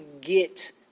get